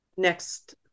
Next